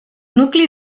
nucli